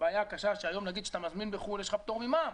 הבעיה הקשה שהיום אתה מזמין מחו"ל יש לך פטור ממע"מ.